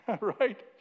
Right